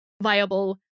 viable